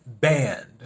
Banned